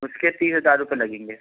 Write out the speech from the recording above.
उसके तीस हजार रुपये लगेंगे